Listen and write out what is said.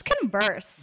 converse